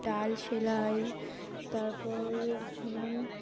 ডাল সেলাই তারপর যেমন